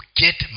get